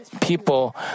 people